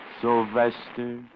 Sylvester